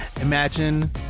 Imagine